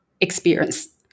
experience